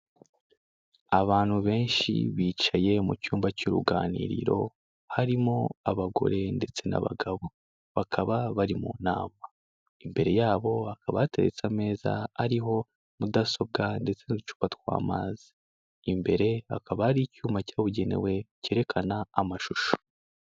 Abantu benshi bicaye mu cyumba cy'uruganiriro, harimo abagore ndetse n'abagabo, bakaba bari mu nama. Imbere yabo hakaba hateretse ameza ariho mudasobwa ndetse n'ducupa tw'amazi. Imbere hakaba hari icyuma cyabugenewe cyerekana amashusho.